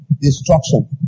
destruction